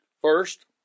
First